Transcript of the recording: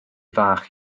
fach